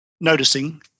noticing